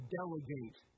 delegate